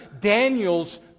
Daniel's